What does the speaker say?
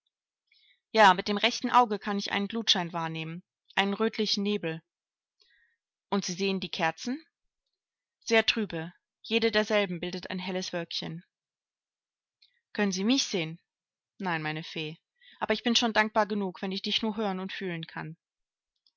ja mit dem rechten auge kann ich einen glutschein wahrnehmen einen rötlichen nebel und sie sehen die kerzen sehr trübe jede derselben bildet ein helles wölkchen können sie mich sehen nein meine fee aber ich bin schon dankbar genug wenn ich dich nur hören und fühlen kann